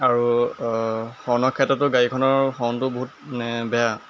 আৰু হৰ্ণৰ ক্ষেত্ৰতো গাড়ীখনৰ হৰ্ণটো বহুত বেয়া